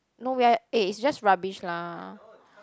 no we are eh it's just rubbish lah